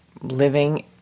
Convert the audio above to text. living